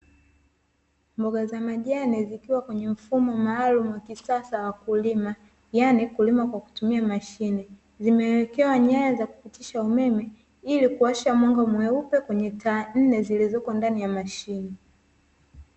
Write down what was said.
Mboga za majani zikiwa kwenye mfumo maalumu wa kisasa wakulima, yaani kulima kwa kutumia mashine zimewekewa nyaya za umeme ili kuwasha mwanga mweupe kwenye taa nne zilizopo ndani ya mashine.